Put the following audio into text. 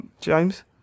James